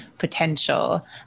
Potential